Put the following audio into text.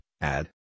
add